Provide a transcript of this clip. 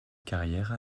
carrière